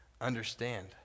understand